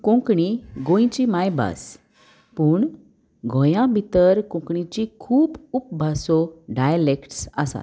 कोंकणी गोंयची मायभास पूण गोंया भितर कोंकणीची खूब उपभासो डायलेक्ट्स आसात